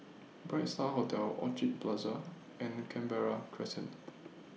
Bright STAR Hotel Orchid Plaza and Canberra Crescent